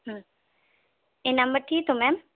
হ্যাঁ এই নাম্বারটিই তো ম্যাম